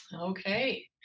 okay